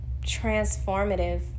transformative